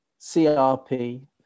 CRP